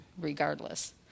regardless